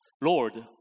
Lord